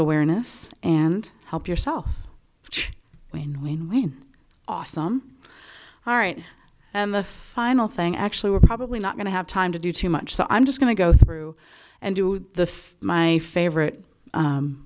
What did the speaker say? awareness and help yourself when we when awesome all right the final thing actually we're probably not going to have time to do too much so i'm just going to go through and do the my favorite